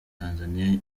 tanzania